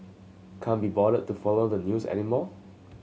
can't be bothered to follow the news anymore